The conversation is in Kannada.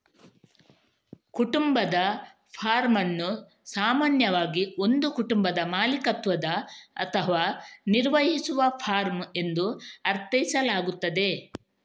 ಕುಟುಂಬದ ಫಾರ್ಮ್ ಅನ್ನು ಸಾಮಾನ್ಯವಾಗಿ ಒಂದು ಕುಟುಂಬದ ಮಾಲೀಕತ್ವದ ಅಥವಾ ನಿರ್ವಹಿಸುವ ಫಾರ್ಮ್ ಎಂದು ಅರ್ಥೈಸಲಾಗುತ್ತದೆ